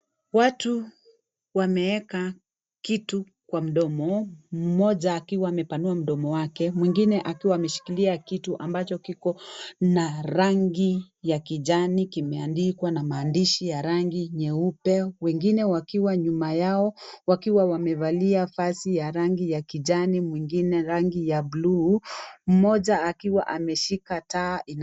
Watu wameeka kitu kwa mdomo, mmoja akiwa amepanua mdomo wake mwingine akiwa ameshikilia kitu ambacho kiko na rangi ya kijani kimeandikwa na maandishi ya rangi meupe wengine wakiwa nyuma yao wakiwa wamevalia vazi ya rangi ya kijani, mwingine rangi ya bluu, mmoja akiwa ameshika taa.